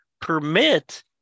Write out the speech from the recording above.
permit